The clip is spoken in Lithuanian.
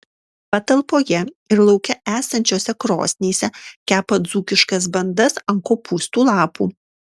patalpoje ir lauke esančiose krosnyse kepa dzūkiškas bandas ant kopūstų lapų